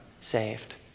saved